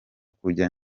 kujya